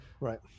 Right